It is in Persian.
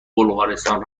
بلغارستان